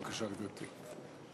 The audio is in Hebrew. בבקשה, גברתי.